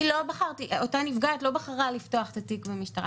אותה נפגעת לא בחרה לפתוח את התיק במשטרה.